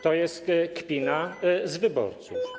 To jest kpina z wyborców.